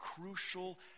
crucial